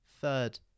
Third